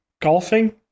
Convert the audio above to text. Golfing